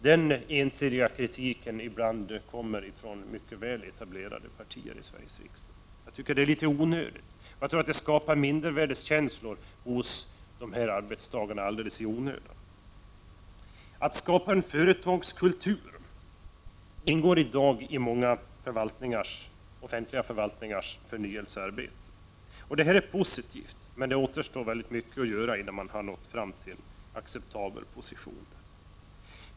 Denna ensidiga kritik kommer ibland från mycket väletablerade partier i Sveriges riksdag. Jag tycker det är litet onödigt och skapar lätt mindervärdeskänslor hos arbetstagarna. Att skapa en ”företagskultur” ingår i dag i många offentliga förvaltningars förnyelsearbete. Det är positivt, men mycket återstår att göra innan man har uppnått acceptabla positioner.